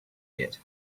yet